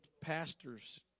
pastors